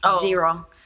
zero